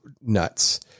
nuts